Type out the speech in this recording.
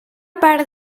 part